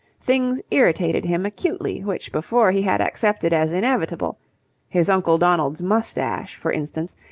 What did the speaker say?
things irritated him acutely, which before he had accepted as inevitable his uncle donald's moustache, for instance,